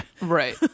right